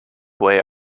way